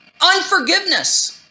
Unforgiveness